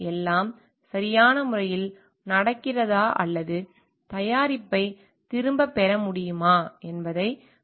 எல்லாம் சரியான முறையில் நடக்கிறதா அல்லது தயாரிப்பை திரும்பப் பெற வேண்டுமா என்பதை நிறுவனம் கண்டறிய வேண்டுமா